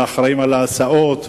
לאחראים להסעות,